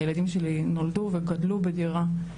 הילדים שלי נולדו והם גדלו בדירה.